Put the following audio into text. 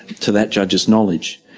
to that judge's knowledge.